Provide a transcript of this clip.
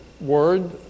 word